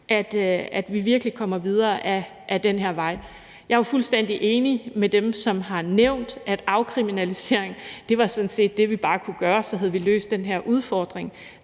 at vi virkelig kommer videre ad den her vej. Jeg er jo fuldstændig enig med dem, som har nævnt, at afkriminalisering sådan set var det, vi bare kunne gøre, og så havde vi løst den her udfordring.